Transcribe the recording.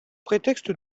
prétexte